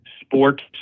sports